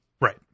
right